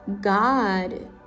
God